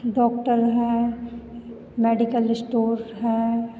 doctor हैं medical store हैं